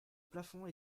plafond